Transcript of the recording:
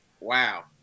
Wow